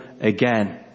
again